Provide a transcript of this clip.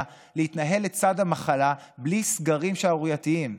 להתנהל לצד המחלה בלי סגרים שערורייתיים.